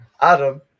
adam